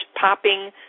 popping